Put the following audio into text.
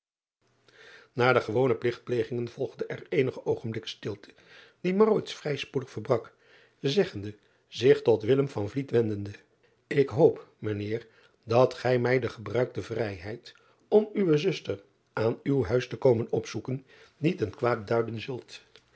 a de gewone pligtplegingen volgde er eenige oogenblikken stilte die vrij spoedig verbrak zeggende zich tot wendende k hoop mijn eer dat gij mij de gebruikte vrijheid om uwe zuster aan uw huis te komen opzoeken niet ten kwade duiden zult